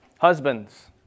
Husbands